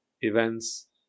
events